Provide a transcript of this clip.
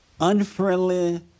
unfriendly